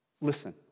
Listen